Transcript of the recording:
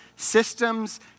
systems